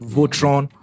Votron